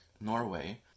Norway